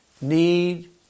need